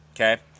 Okay